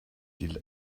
die